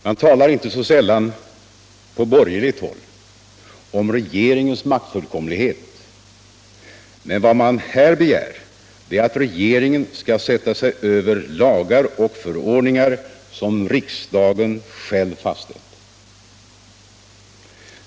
Man talar inte så sällan på borgerligt håll om regeringens maktfullkomlighet, men vad man här begär är att regeringen skall sätta sig över lagar och förordningar som riksdagen själv fastställt.